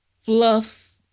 fluff